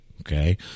okay